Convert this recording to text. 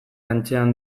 antzean